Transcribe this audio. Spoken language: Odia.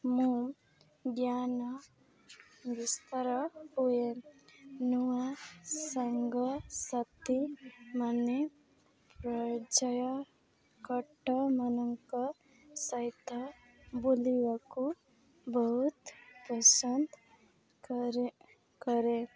ମୁଁ ଜ୍ଞାନ ବିସ୍ତାର ହୁଏ ନୂଆ ସାଙ୍ଗସାଥିମାନେ ପର୍ଯ୍ୟଟକମାନଙ୍କ ସହିତ ବୁଲିବାକୁ ବହୁତ ପସନ୍ଦ କରେ କରେ